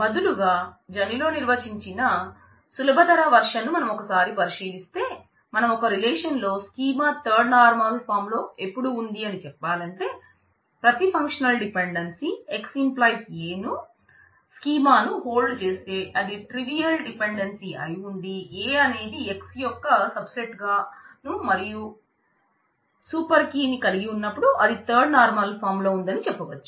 బదులుగా జనిలో ని కలిగి ఉన్నపుడు అది థర్డ్ నార్మల్ ఫాం లో ఉందని చెప్పవచ్చు